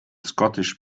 scottish